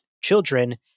children